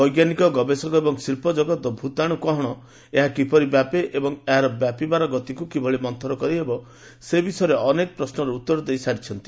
ବୈଜ୍ଞାନିକ ଗବେଷକ ଏବଂ ଶିଳ୍ପ ଜଗତ ଭୂତାଣୁ କ'ଣ ଏହା କିପରି ବ୍ୟାପେ ଏବଂ ଏହାର ବ୍ୟାପିବାର ଗତିକୁ କିଭଳି ମନ୍ଥର କରିହେବ ସେ ବିଷୟରେ ଅନେକ ପ୍ରଶ୍ୱର ଉତ୍ତର ଦେଇସାରିଛନ୍ତି